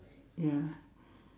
ya